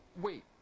Wait